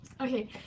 Okay